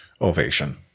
ovation